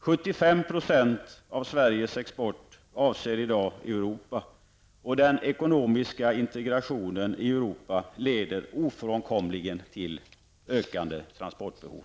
75 % av Sveriges export avser i dag Europa, och den ekonomiska integrationen i Europa leder ofrånkomligen till ökande transportbehov.